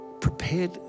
Prepared